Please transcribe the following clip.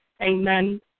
Amen